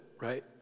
right